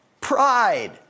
Pride